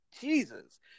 Jesus